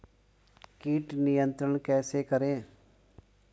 कीट नियंत्रण कैसे करें?